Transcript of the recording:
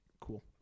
cool